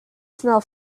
smell